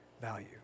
value